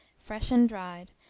fresh and dried,